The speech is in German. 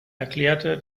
erklärte